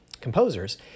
composers